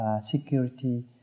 security